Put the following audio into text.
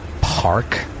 Park